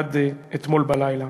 עד אתמול בלילה.